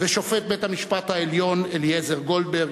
ושופט בית-המשפט העליון אליעזר גולדברג,